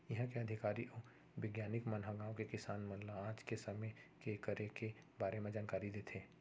इहॉं के अधिकारी अउ बिग्यानिक मन ह गॉंव के किसान मन ल आज के समे के करे के बारे म जानकारी देथे